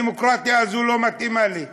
הדמוקרטיה הזאת לא מתאימה לי.